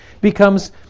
becomes